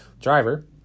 Driver